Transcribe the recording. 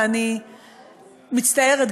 ואני מצטערת,